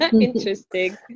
Interesting